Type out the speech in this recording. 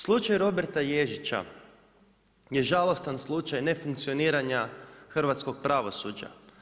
Slučaj Roberta Ježića je žalostan slučaj nefunkcioniranja hrvatskog pravosuđa.